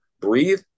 breathe